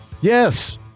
Yes